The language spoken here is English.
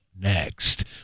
next